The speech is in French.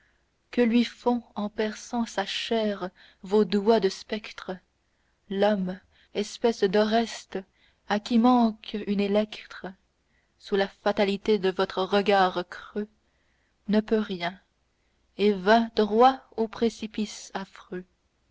que lui font en perçant sa chair vos doigts de spectre l'homme espèce d'oreste à qui manque une électre sous la fatalité de votre regard creux ne peut rien et va droit au précipice affreux